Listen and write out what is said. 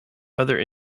other